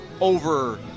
over